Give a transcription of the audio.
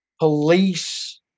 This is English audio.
police